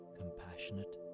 compassionate